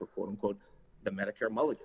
for quote unquote the medicare mull